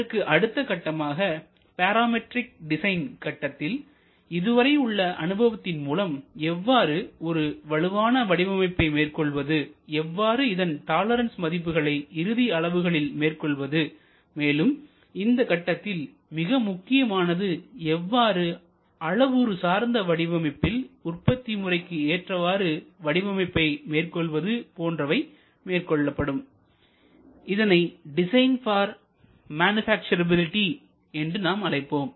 இதற்கு அடுத்த கட்டமாக பேராமெட்ரிக் டிசைன் கட்டத்தில் இதுவரை உள்ள அனுபவத்தின் மூலம் எவ்வாறு ஒரு வலுவான வடிவமைப்பை மேற்கொள்வது எவ்வாறு இதன் டாலரன்ஸ் மதிப்புகளை இறுதி அளவுகளில் மேற்கொள்வது மேலும் இந்தக் கட்டத்தில் மிக முக்கியமானது எவ்வாறு அளவுரு சார்ந்த வடிவமைப்பில் உற்பத்தி முறைக்கு ஏற்றவாறு வடிவமைப்பை மேற்கொள்வது போன்றவை மேற்கொள்ளப்படும் இதனை டிசைன் பார் மேனுஃபேக்சர்எபிலிட்டி என்று நாம் அழைப்போம்